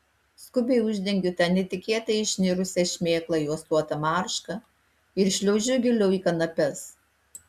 skubiai uždengiu tą netikėtai išnirusią šmėklą juostuota marška ir šliaužiu giliau į kanapes